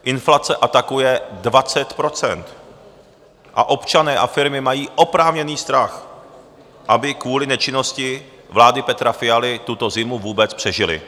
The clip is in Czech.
Inflace atakuje 20 % a občané a firmy mají oprávněný strach, aby kvůli nečinnosti vlády Petra Fialy tuto zimu vůbec přežili.